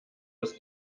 das